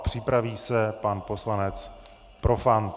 A připraví se pan poslanec Profant.